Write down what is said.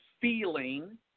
feeling